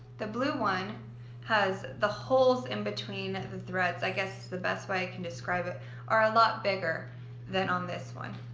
the blue one has the holes in between the threads. i guess the best way i can describe it are a lot bigger than on this one.